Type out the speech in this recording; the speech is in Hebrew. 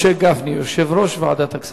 משה גפני, יושב-ראש ועדת הכספים.